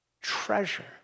treasure